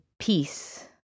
peace